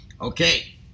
Okay